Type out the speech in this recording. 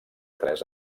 tres